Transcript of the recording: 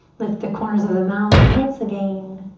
lift the corners of the mouth once again.